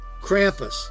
Krampus